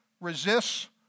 resists